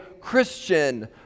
Christian